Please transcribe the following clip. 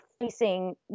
facing